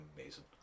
amazing